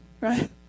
right